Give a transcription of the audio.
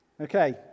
Okay